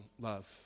love